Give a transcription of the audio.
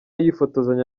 yifotozanya